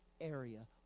area